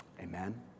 amen